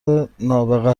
نابغه